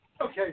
Okay